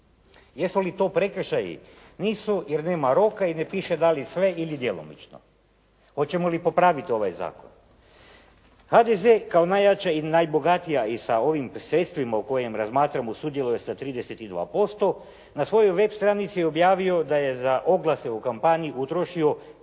Jesu li to prekršaji? Nisu jer nema roka i ne piše da li sve ili djelomično. Hoćemo li popraviti ovaj zakon? HDZ kao najjača i najbogatija i sa ovim sredstvima o kojim razmatramo sudjeluje sa 32%, na svojoj web stranici objavio da je za oglase u kampanji utrošio